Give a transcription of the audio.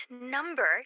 number